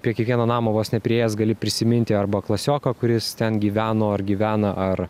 prie kiekvieno namo vos nepriėjęs gali prisiminti arba klasioką kuris ten gyveno ar gyvena ar